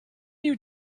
you